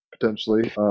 potentially